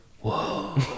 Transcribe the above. Whoa